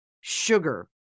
sugar